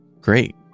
great